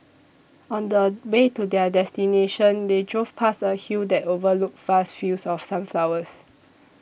on the way to their destination they drove past a hill that overlooked vast fields of sunflowers